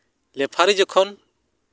ᱞᱮᱯᱷᱟᱨᱤ ᱡᱚᱠᱷᱚᱱ